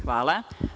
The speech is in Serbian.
Hvala.